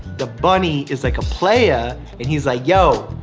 the bunny is like a playa and he's like yo,